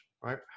right